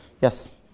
yes